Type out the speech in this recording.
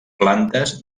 plantes